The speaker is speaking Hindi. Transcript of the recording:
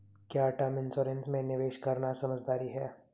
क्या टर्म इंश्योरेंस में निवेश करना समझदारी है?